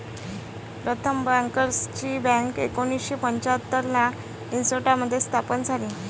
प्रथम बँकर्सची बँक एकोणीसशे पंच्याहत्तर ला मिन्सोटा मध्ये स्थापन झाली